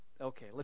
Okay